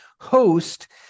host